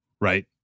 right